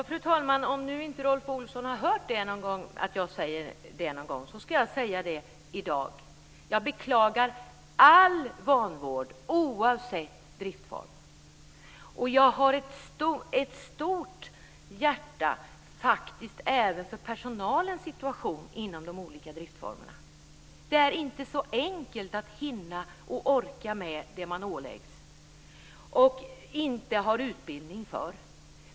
Fru talman! Om Rolf Olsson inte har hört mig säga det någon gång, så ska jag säga det i dag. Jag beklagar all vanvård oavsett driftsform. Jag har faktiskt också ett stort hjärta för personalens situationen inom de olika driftsformerna. Det är inte så enkelt att hinna och orka med det man åläggs och inte har utbildning för.